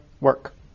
work